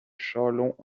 châlons